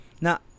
Now